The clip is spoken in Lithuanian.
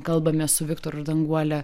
kalbame su viktoru ir danguole